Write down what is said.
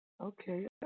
Okay